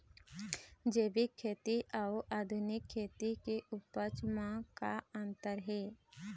जैविक खेती अउ आधुनिक खेती के उपज म का अंतर हे?